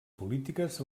polítiques